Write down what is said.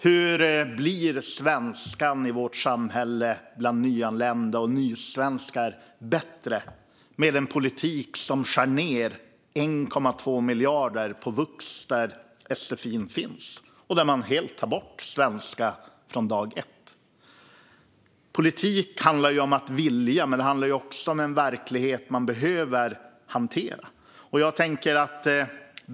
Hur blir svenskan i vårt samhälle bland nyanlända och nysvenskar bättre med en politik där man skär ned med 1,2 miljarder på komvux, där sfi:n finns, och där man helt tar bort Svenska från dag ett? Politik handlar om att vilja, men det handlar också om en verklighet som man behöver hantera.